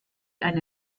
eine